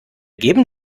geben